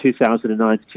2009